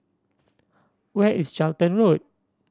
where is Charlton Road